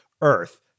Earth